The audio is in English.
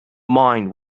mind